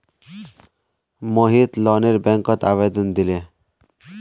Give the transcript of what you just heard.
मोहित लोनेर बैंकत आवेदन दिले